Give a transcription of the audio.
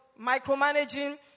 micromanaging